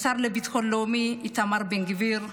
לשר לביטחון לאומי איתמר בן גביר,